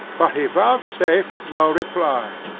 but he vouchsafed no reply.